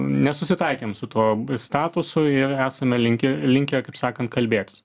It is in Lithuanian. nesusitaikėm su tuo statusu ir esame linkę linkę kaip sakant kalbėtis